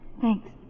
Thanks